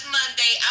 Monday